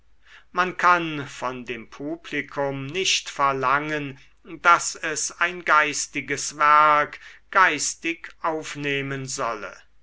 man kann von dem publikum nicht verlangen daß es ein geistiges werk geistig aufnehmen solle